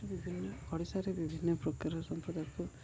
ବିଭିନ୍ନ ଓଡ଼ିଶାରେ ବିଭିନ୍ନ ପ୍ରକାରର ସମ୍ପ୍ରଦାୟକୁ